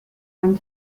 and